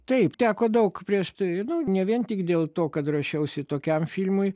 taip teko daug prieš tai nu ne vien tik dėl to kad ruošiausi tokiam filmui